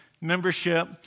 membership